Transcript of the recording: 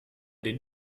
den